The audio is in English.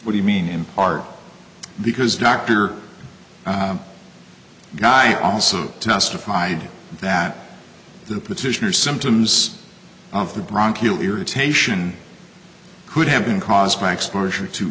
what you mean in part because doctor guy also testified that the petitioner symptoms of the bronx irritation could have been caused by exposure to